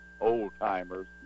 old-timers